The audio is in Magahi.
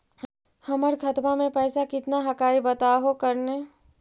हमर खतवा में पैसा कितना हकाई बताहो करने?